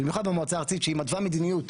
במיוחד במועצה הארצית שהיא מתווה מדיניות,